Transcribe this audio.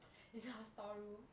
in your storeroom